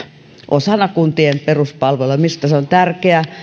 osana kuntien peruspalveluja minusta on tärkeää